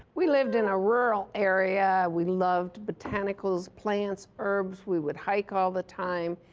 we lived in a rural area. we loved botanicals, plants, herbs. we would hike all the time,